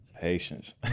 Patience